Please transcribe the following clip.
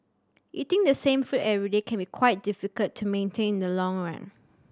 eating the same food every day can be quite difficult to maintain in the long run